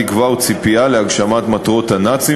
תקווה או ציפייה להגשמת מטרות הנאצים